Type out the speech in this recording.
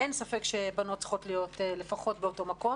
אין ספק שבנות צריכות להיות לפחות באותו מקום